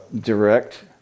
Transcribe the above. direct